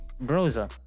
browser